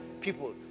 people